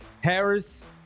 Harris